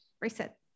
reset